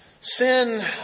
Sin